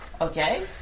Okay